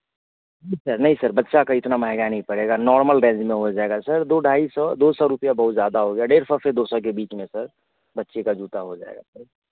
जी sir नहीं sir बच्चा का इतना महंगा नहीं पड़ेगा नॉर्मल रेंज में हो जाएगा सर दो ढाई सौ दो सौ रुपैया बहुत ज़्यादा हो गया डेढ़ सौ से दो सौ के बीच में सर बच्चे का जूता हो जाएगा सर